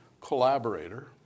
collaborator